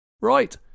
Right